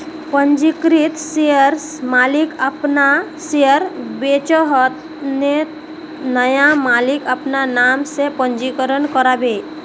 पंजीकृत शेयरर मालिक अपना शेयर बेचोह ते नया मालिक अपना नाम से पंजीकरण करबे